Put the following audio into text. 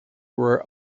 were